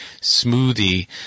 smoothie